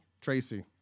Tracy